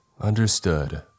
Understood